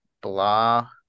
blah